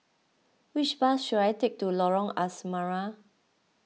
which bus should I take to Lorong Asrama